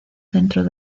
dentro